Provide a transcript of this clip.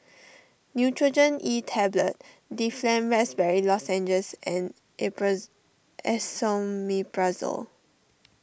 Nurogen E Tablet Difflam Raspberry Lozenges and April Esomeprazole